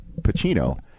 Pacino